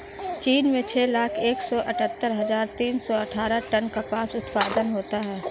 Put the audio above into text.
चीन में छह लाख एक सौ अठत्तर हजार तीन सौ अट्ठारह टन कपास उत्पादन होता है